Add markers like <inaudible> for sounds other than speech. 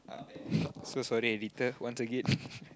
<breath> so sorry editor once again <laughs>